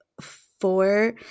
four